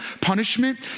punishment